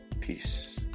peace